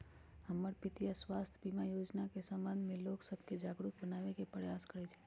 हमर पितीया स्वास्थ्य बीमा जोजना के संबंध में लोग सभके जागरूक बनाबे प्रयास करइ छिन्ह